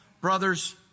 brothers